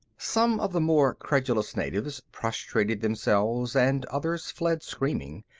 some of the more credulous natives prostrated themselves and others fled screaming.